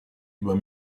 über